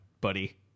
buddy